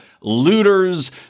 looters